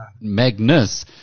Magnus